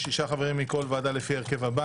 6 חברים מכל ועדה לפי ההרכב הבא